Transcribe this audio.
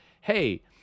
hey